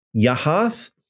Yahath